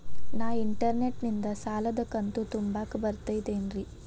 ನಾ ಇಂಟರ್ನೆಟ್ ನಿಂದ ಸಾಲದ ಕಂತು ತುಂಬಾಕ್ ಬರತೈತೇನ್ರೇ?